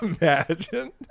imagine